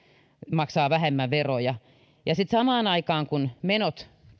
maksaa vähemmän veroja sitten kun samaan aikaan menot